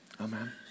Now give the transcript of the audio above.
Amen